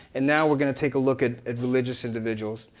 and now we're gonna take a look at at religious individuals.